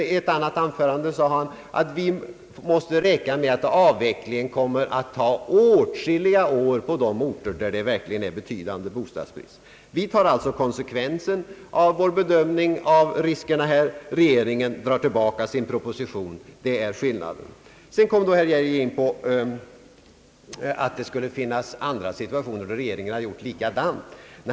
I ett annat anförande säger han att vi måste räkna med att en avveckling kommer att ta åtskilliga år på de orter där det verkligen är betydande bostadsbrist. Vi tar alltså konsekvenserna av vår bedömning av riskerna, medan regeringen drar tillbaka sin proposition — det är skillnaden. Sedan säger herr Geijer att det förekommit andra situationer då regeringen gjort likadant.